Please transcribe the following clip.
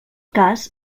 cas